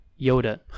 Yoda